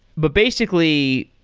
but basically,